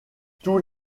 tous